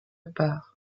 part